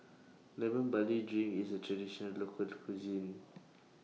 Lemon Barley Drink IS A Traditional Local Cuisine